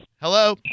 Hello